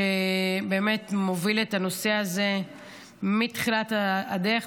שמוביל את הנושא הזה מתחילת הדרך.